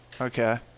Okay